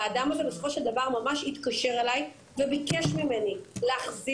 והאדם הזה בסופו של דבר ממש התקשר אליי וביקש ממני להחזיר